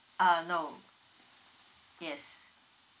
uh no yes